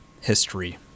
history